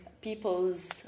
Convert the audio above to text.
people's